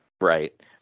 Right